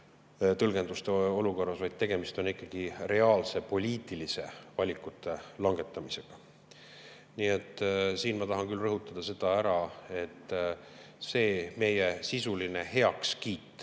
tõlgenduste olukorras, vaid tegemist on ikkagi reaalse poliitilise valiku langetamisega. Nii et ma tahan rõhutada, et meie sisuline heakskiit